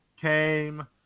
came